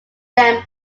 them